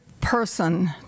person